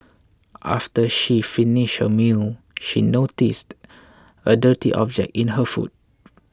after she finished her meal she noticed a dirty object in her food